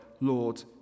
Lord